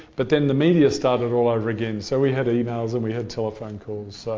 but then the media started all over again. so we had had emails and we had telephone calls.